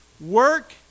Work